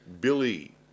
Billy